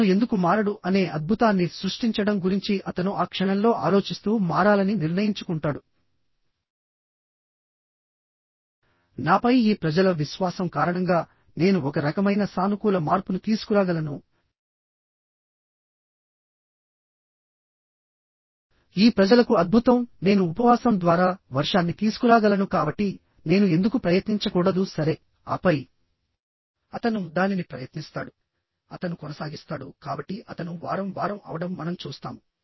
అతను ఎందుకు మారడు అనే అద్భుతాన్ని సృష్టించడం గురించి అతను ఆ క్షణంలో ఆలోచిస్తూ మారాలని నిర్ణయించుకుంటాడు నాపై ఈ ప్రజల విశ్వాసం కారణంగానేను ఒక రకమైన సానుకూల మార్పును తీసుకురాగలనుఈ ప్రజలకు అద్భుతం నేను ఉపవాసం ద్వారా వర్షాన్ని తీసుకురాగలను కాబట్టి నేను ఎందుకు ప్రయత్నించకూడదు సరే ఆపై అతను దానిని ప్రయత్నిస్తాడు అతను కొనసాగిస్తాడు కాబట్టి అతను వారం వారం అవడం మనం చూస్తాము